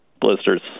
blisters